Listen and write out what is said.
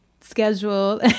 schedule